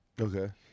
Okay